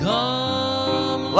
Come